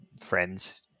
friends